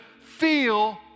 feel